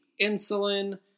insulin